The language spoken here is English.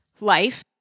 life